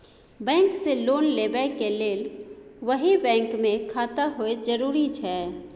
Bank से loan लेबै के लेल वही बैंक मे खाता होय जरुरी छै?